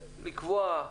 לקבוע.